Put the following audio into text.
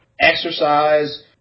Exercise